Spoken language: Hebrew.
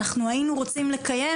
אנחנו היינו רוצים לקיים,